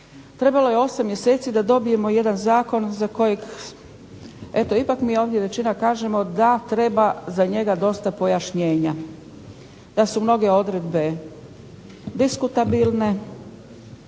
Trebalo je 8 mjeseci da dobijemo jedan zakon za kojeg, eto ipak mi ovdje većina kažemo da treba za njega dosta pojašnjenja, da su mnoge odredbe diskutabilne,